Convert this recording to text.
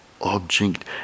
object